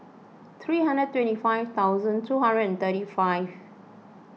three hundred twenty five thousand two hundred and thirty five